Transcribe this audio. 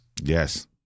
Yes